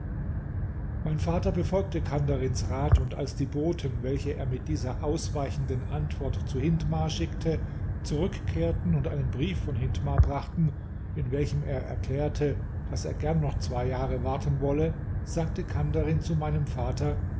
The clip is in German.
mein vater befolgte kandarins rat und als die boten welche er mit dieser ausweichenden antwort zu hindmar schickte zurückkehrten und einen brief von hindmar brachten in welchem er erklärte daß er gern noch zwei jahre warten wolle sagte kandarin zu meinem vater